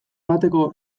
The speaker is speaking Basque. bateko